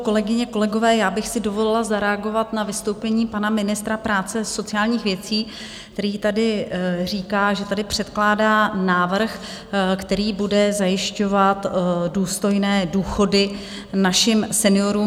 Kolegyně, kolegové, já bych si dovolila zareagovat na vystoupení pana ministra práce a sociálních věcí, který tady říká, že předkládá návrh, který bude zajišťovat důstojné důchody našim seniorům.